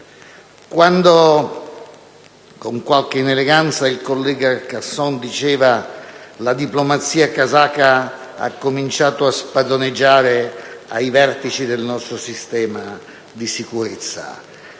come con qualche ineleganza diceva il collega Casson, la diplomazia kazaka ha cominciato a spadroneggiare ai vertici del nostro sistema di sicurezza,